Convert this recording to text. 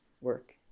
work